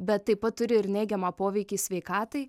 bet taip pat turi ir neigiamą poveikį sveikatai